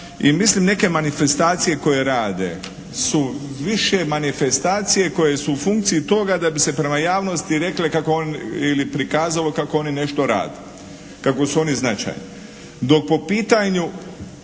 i mislim neke manifestacije koje rade su više manifestacije koje su u funkciji toga da bi se prema javnosti rekle ili prikazalo kako oni nešto rade, kako su oni značajni, dok po pitanju